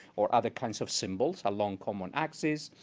or other kinds of symbols along common axes.